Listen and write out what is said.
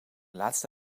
laatste